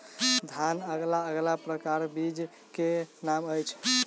धान अलग अलग प्रकारक बीज केँ की नाम अछि?